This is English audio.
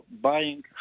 buying